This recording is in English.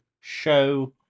show